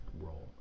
role